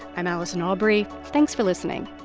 i'm allison aubrey. thanks for listening